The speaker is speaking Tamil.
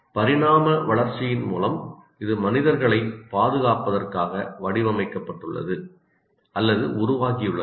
பரிணாம வளர்ச்சியின் மூலம் இது மனிதர்களைப் பாதுகாப்பதற்காக வடிவமைக்கப்பட்டுள்ளது அல்லது உருவாகியுள்ளது